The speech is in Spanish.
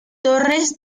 torres